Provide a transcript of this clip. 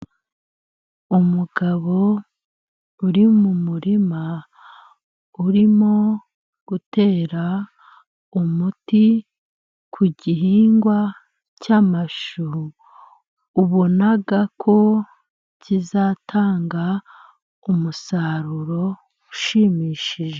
Umugabo uri mu murima urimo gutera umuti ku gihingwa cy'amashu, ubonako kizatanga umusaruro ushimishije.